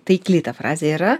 taikli ta frazė yra